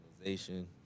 organization